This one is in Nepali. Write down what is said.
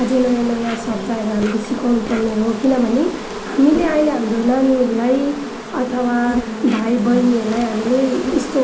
अझ नयाँ नयाँ शब्दहरू हामीले सिकाउनु पर्ने हो किनभने हामीले अहिले हाम्रो नानीहरूलाई अथवा भाइ बहिनीहरूलाई हामीले यस्तो